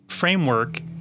framework